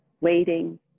waiting